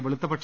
വെളുത്തപക്ഷ